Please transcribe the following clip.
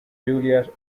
juliet